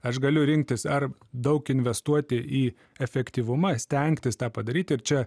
aš galiu rinktis ar daug investuoti į efektyvumą stengtis tą padaryti ir čia